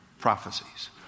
prophecies